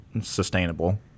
sustainable